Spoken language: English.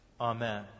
Amen